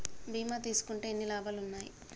బీమా తీసుకుంటే ఎన్ని లాభాలు ఉన్నాయి?